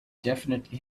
definitely